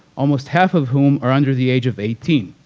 almost half of whom are under the age of eighteen.